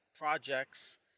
projects